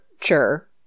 sure